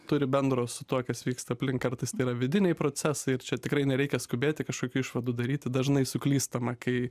turi bendro su tuo kas vyksta aplink kartais tai yra vidiniai procesai ir čia tikrai nereikia skubėti kažkokių išvadų daryti dažnai suklystama kai